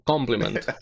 Compliment